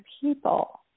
people